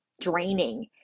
draining